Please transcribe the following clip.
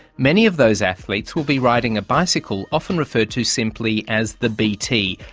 many of those athletes will be riding a bicycle often referred to simply as the bt,